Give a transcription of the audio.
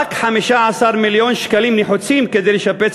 רק 15 מיליון שקלים נחוצים כדי לשפץ